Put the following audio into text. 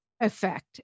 effect